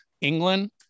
England